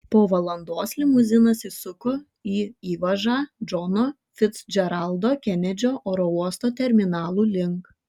po valandos limuzinas įsuko į įvažą džono ficdžeraldo kenedžio oro uosto terminalų link